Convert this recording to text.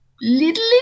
little